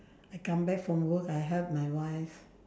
I come back from work I help my wife